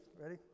Ready